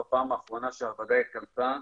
בפעם האחרונה שהוועדה התכנסה.